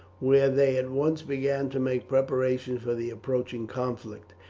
where they at once began to make preparations for the approaching conflict.